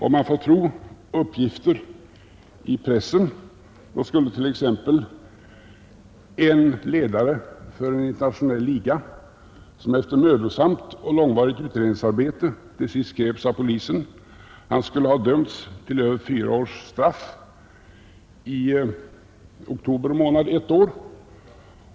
Om man får tro uppgifter i pressen skulle t.ex. en ledare för en internationell liga, som efter mödosamt och långvarigt utredningsarbete till sist greps av polisen, ha dömts till över fyra års straff i oktober månad ett år.